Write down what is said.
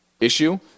issue